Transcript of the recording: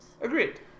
Agreed